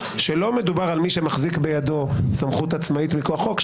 שלא מדובר על מי שמחזיק בידו סמכות עצמאית מכוח חוק.